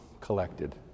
collected